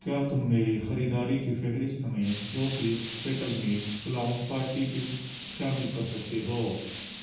کیا تم میری خریداری کی فہرست میں دو پیس فیکلمین کلاؤن پارٹی پکس شامل کر سکتے ہو